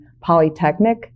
polytechnic